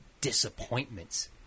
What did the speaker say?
disappointments